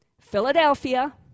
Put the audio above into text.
Philadelphia